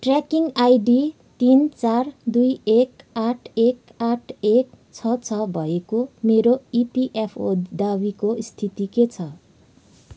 tracking ID तिन चार दुई एक आठ एक आठ एक छ छ भएको मेरो इपिएफओ दावीको स्थिति के छ